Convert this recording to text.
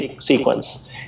sequence